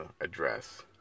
address